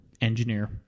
Engineer